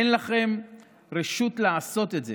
אין לכם רשות לעשות את זה.